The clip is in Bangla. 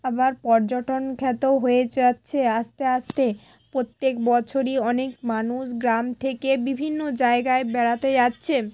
আবার পর্যটন খ্যাতও হয়ে যাচ্ছে আস্তে আস্তে প্রত্যেক বছরই অনেক মানুষ গ্রাম থেকে বিভিন্ন জায়গায় বেড়াতে যাচ্ছে